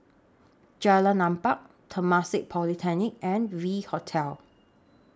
Jalan Empat Temasek Polytechnic and V Hotel